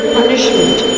punishment